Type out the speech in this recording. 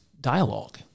dialogue